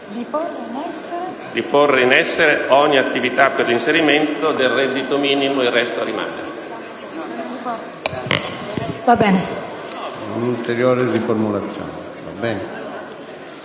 a porre in essere ogni attività per l'inserimento del reddito minimo garantito,